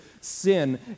sin